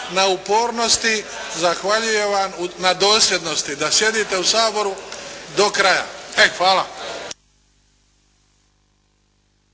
na upornosti. Zahvaljujem vam na dosljednosti da sjedite u Saboru do kraja. E, hvala.